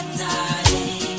darling